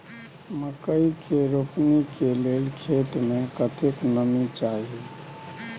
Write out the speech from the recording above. मकई के रोपनी के लेल खेत मे कतेक नमी चाही?